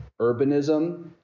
urbanism